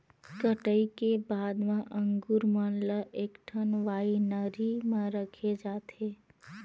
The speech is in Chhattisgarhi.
कटई के बाद म अंगुर मन ल एकठन वाइनरी म रखे जाथे